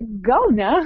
gal ne